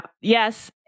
Yes